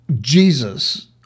Jesus